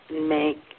make